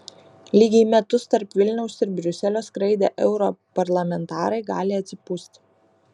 lygiai metus tarp vilniaus ir briuselio skraidę europarlamentarai gali atsipūsti